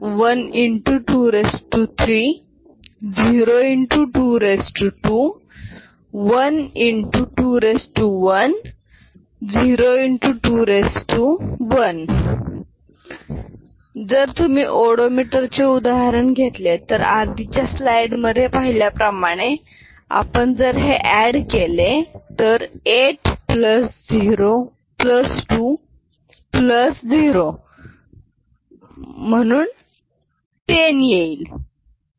म्हणून 1x23 0x22 1x21 0x21 जर तुम्ही ओडो मीटरचे उदाहरण घेतले तर आधीच्या स्लाईड मधे पाहिल्याप्रमाणे आपण जर हे अॅड केले तर 8020 म्हणून 10 येईल